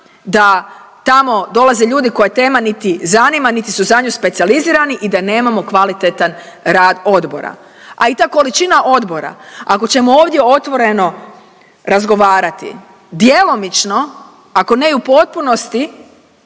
da tamo dolaze ljudi koje tema niti zanima, niti su za nju specijalizirani i da nemamo kvalitetan rad odbora. A i ta količina odbora ako ćemo ovdje otvoreno razgovarati djelomično, ako ne i u potpunosti,